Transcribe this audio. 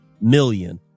million